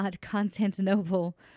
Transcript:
Constantinople